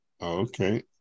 Okay